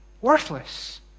Worthless